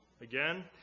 Again